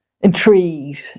intrigued